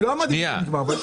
אני לא אמרתי --- אבל עובדות.